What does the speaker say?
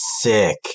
sick